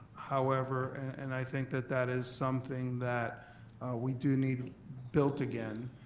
however, and i think that that is something that we do need built again.